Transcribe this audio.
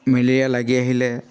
malaria লাগি আহিলে